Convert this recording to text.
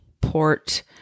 port